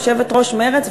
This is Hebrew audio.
יושבת-ראש מרצ,